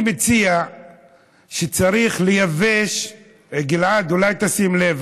אני מציע שצריך לייבש, גלעד, אולי תשים לב?